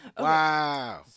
Wow